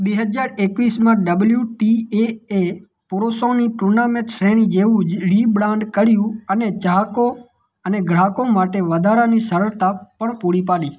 બે હજાર એકવીસમાં ડબલ્યુ ટી એ એ પુરુષોની ટૂર્નામેન્ટ શ્રેણી જેવું જ રિબ્રાન્ડ કર્યું અને ચાહકો અને ગ્રાહકો માટે વધારાની સરળતા પણ પૂરી પાડી